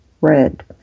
red